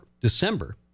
December